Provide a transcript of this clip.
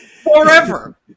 forever